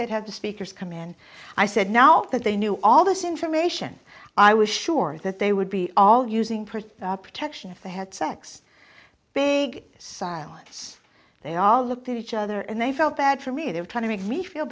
have speakers come in i said now that they knew all this information i was sure that they would be all using pretty protection if they had sex big silence they all looked at each other and they felt bad for me they were trying to make me feel